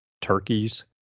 turkeys